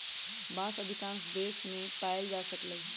बांस अधिकांश देश मे पाएल जा सकलई ह